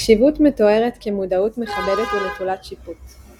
הקשיבות מתוארת כ"מודעות מכבדת ונטולת שיפוט",